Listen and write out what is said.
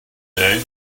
day